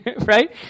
right